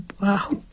Wow